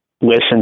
listen